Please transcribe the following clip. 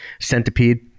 Centipede